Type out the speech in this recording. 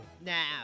now